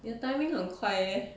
你的 timing 很快 eh